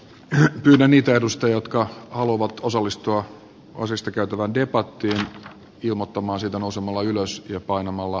hän pyytää niitä edusta jotka haluavat osallistua osista kertova diebackillä jomottamaan sitä osumalla ylös näistä keskeisin